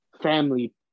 family